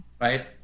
right